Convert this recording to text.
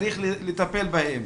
צריך לטפל בהן.